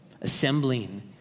assembling